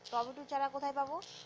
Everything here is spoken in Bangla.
টমেটো চারা কোথায় পাবো?